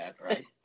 right